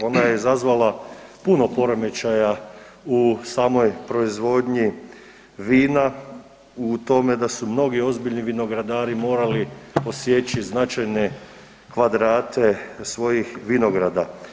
Ona je izazvala puno poremećaja u samoj proizvodnji vina u tome da su mnogi ozbiljni vinogradari morali posjeći značajne kvadrate svojih vinograda.